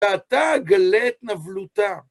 ואתה גלה את נבלותה.